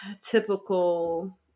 typical